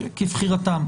כבחירתם.